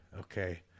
okay